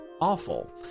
awful